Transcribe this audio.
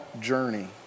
journey